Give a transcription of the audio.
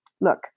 look